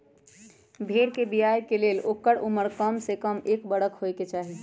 भेड़ कें बियाय के लेल ओकर उमर कमसे कम एक बरख होयके चाही